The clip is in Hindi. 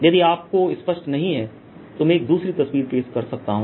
यदि आपको स्पष्ट नहीं है तो मैं एक दूसरी तस्वीर पेश करता हूं